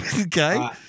Okay